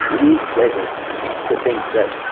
it is pleasant to think that